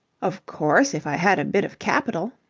of course, if i had a bit of capital.